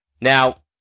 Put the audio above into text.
Now